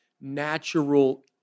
natural